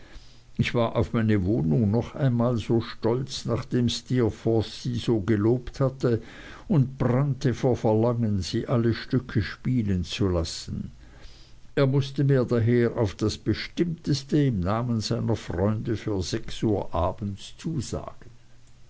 ich war auf meine wohnung noch einmal so stolz nachdem steerforth sie so gelobt hatte und brannte vor verlangen sie alle stücke spielen zu lassen er mußte mir daher auf das bestimmteste im namen seiner freunde für sechs uhr abends zusagen